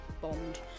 bond